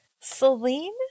Celine